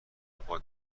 پاک